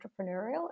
entrepreneurial